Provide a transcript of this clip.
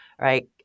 right